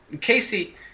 Casey